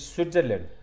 Switzerland